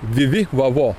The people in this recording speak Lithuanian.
vivi vavo